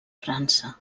frança